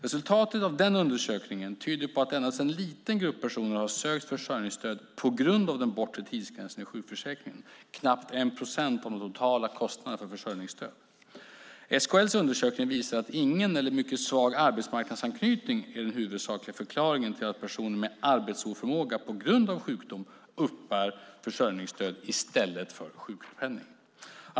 Resultaten av den undersökningen tyder på att endast en liten grupp personer har sökt försörjningsstöd på grund av den bortre tidsgränsen i sjukförsäkringen, knappt 1 procent av de totala kostnaderna för försörjningsstöd. SKL:s undersökning visar att ingen eller mycket svag arbetsmarknadsanknytning är den huvudsakliga förklaringen till att personer med arbetsoförmåga på grund av sjukdom uppbär försörjningsstöd i stället för sjukpenning.